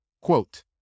Quote